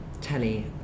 telly